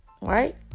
Right